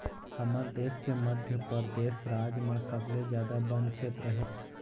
हमर देश के मध्यपरेदस राज म सबले जादा बन छेत्र हे